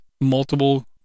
multiple